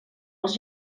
els